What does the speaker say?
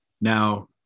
now